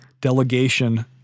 delegation